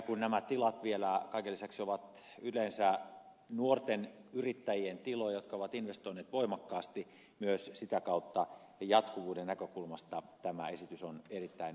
kun nämä tilat vielä kaiken lisäksi ovat yleensä nuorten yrittäjien tiloja jotka ovat investoineet voimakkaasti myös sitä kautta jatkuvuuden näkökulmasta tämä esitys on erittäin perusteltu